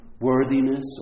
worthiness